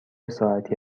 ساعتی